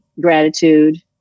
gratitude